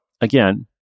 again